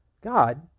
God